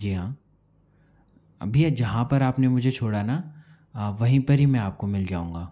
जी हाँ भैया जहाँ पर आपने मुझे छोड़ा न वहीं पर ही मैं आपको मिल जाऊँगा